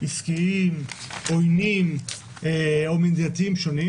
עסקיים, עוינים או מדינתיים שונים